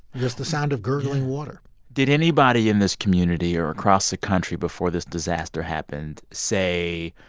just the sound of gurgling water did anybody in this community or across the country before this disaster happened, say,